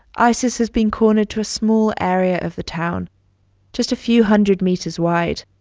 isis has been cornered to a small area of the town just a few hundred meters wide.